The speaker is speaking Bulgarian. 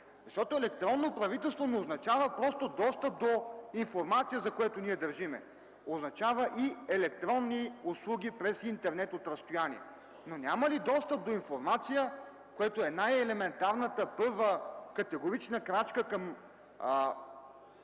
момента. Електронно правителство не означава просто достъп до информация, за което ние държим, означава и електронни услуги през интернет от разстояние. Няма ли достъп до информация, което е най-елементарната първа категорична крачка към